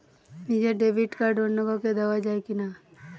নিজের debit card অন্য কাউকে দেওয়া যায় কি না?